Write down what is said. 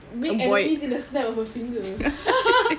make enemies with a snap of a finger